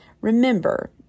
Remember